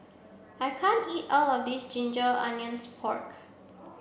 I can't eat all of this ginger onions pork